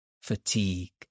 fatigue